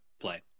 play